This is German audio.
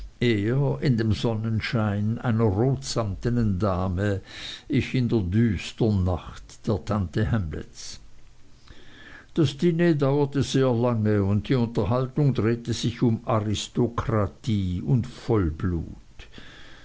in dem sonnenschein einer rotsamtnen dame ich in der düstern nacht der tante hamlets das diner dauerte sehr lange und die unterhaltung drehte sich um aristokratie und vollblut